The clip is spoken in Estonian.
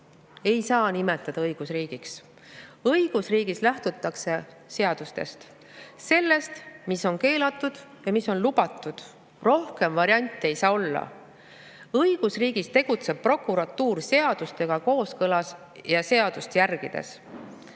ei saa nimetada õigusriigiks. Õigusriigis lähtutakse seadustest, sellest, mis on keelatud ja mis on lubatud. Rohkem variante ei saa olla. Õigusriigis tegutseb prokuratuur seadustega kooskõlas ja seadust järgides.